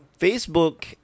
Facebook